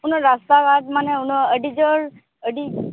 ᱚᱱᱟ ᱨᱟᱥᱛᱟ ᱜᱷᱟᱴ ᱢᱟᱱᱮ ᱩᱱᱟᱹᱜ ᱟᱹᱰᱤ ᱡᱚᱳ ᱟᱹᱰᱤ